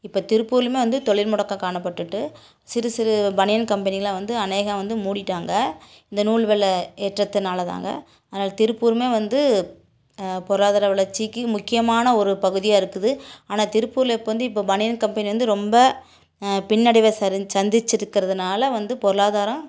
இப்போ திருப்பூர்லேயுமே வந்து தொழில் முடக்கம் காணப்பட்டுட்டு சிறு சிறு பனியன் கம்பெனியைலாம் வந்து அநேகம் வந்து மூடிவிட்டாங்க இந்த நூல்கள் ஏற்றத்தினால தாங்க அதனால திருப்பூரும் வந்து பொருளாதார வளர்ச்சிக்கு முக்கியமான ஒரு பகுதியாக இருக்குது ஆனால் திருப்பூரில் இப்போ வந்து இப்போ பனியன் கம்பெனி வந்து ரொம்ப பின்னடைவை சரிஞ்சு சந்திச்சுருக்கிறதுனால வந்து பொருளாதாரம்